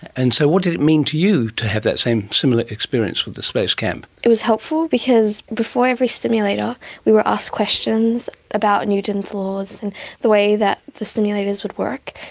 and so what did it mean to you, to have that same similar experience with the space camp? it was helpful because before every simulator we were asked questions about newton's laws and the way that the simulators would work.